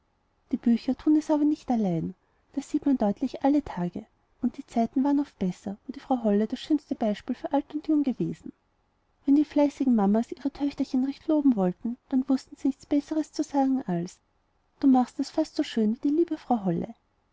die bücher tun es aber nicht allein das sieht man deutlich alle tage und die zeiten waren oft besser wo die frau holle das schönste beispiel für alt und jung gewesen wenn die fleißigen mamas ihre töchterchen recht loben wollten dann wußten sie nichts besseres zu sagen als du machst es fast so schön wie die liebe frau holle